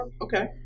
Okay